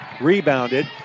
Rebounded